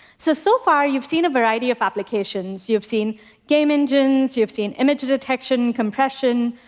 so, so far, you've seen a variety of applications, you've seen game engines, you've seen image detection, compression,